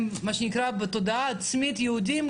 הם מה שנקרא בתודעה עצמית יהודים